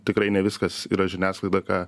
tikrai ne viskas yra žiniasklaida ką